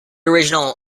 original